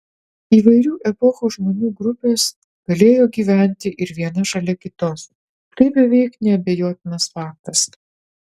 įvairių epochų žmonių grupės galėjo gyventi ir viena šalia kitos tai beveik neabejotinas faktas